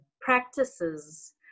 practices